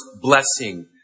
blessing